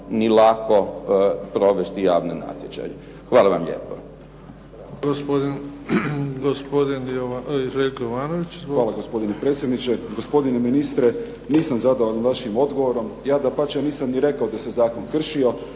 ni lako provesti javni natječaj. Hvala vam lijepo.